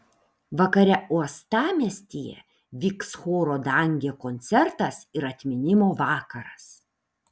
vakare uostamiestyje vyks choro dangė koncertas ir atminimo vakaras